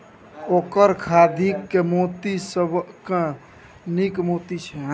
ओकर खाधिक मोती सबसँ नीक मोती छै